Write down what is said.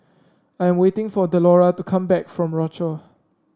I am waiting for Delora to come back from Rochor